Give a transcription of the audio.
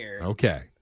Okay